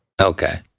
Okay